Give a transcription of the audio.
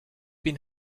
been